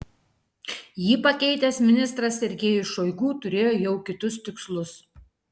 jį pakeitęs ministras sergejus šoigu turėjo jau kitus tikslus